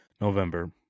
November